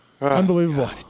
Unbelievable